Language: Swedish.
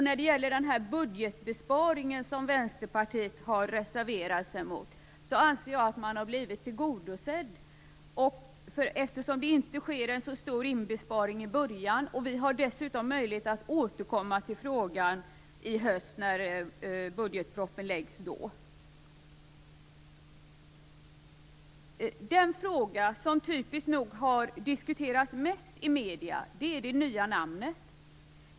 När det gäller den budgetbesparing som Vänsterpartiet har reserverat sig mot anser jag att man har blivit tillgodosedd, eftersom det inte sker en så stor besparing i början. Vi har dessutom möjlighet att återkomma till frågan i höst, när budgetpropositionen läggs fram. Den fråga som typiskt nog har diskuterats mest i medierna är det nya namnet.